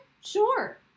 sure